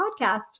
podcast